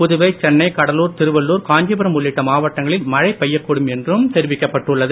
புதுவை சென்னை கடலூர் திருவள்ளூர் காஞ்சிபுரம் உள்ளிட்ட மாவட்டங்களில் மழை பெய்யக்கூடும் என்றும் தெரிவிக்கப்பட்டு உள்ளது